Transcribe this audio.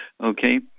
Okay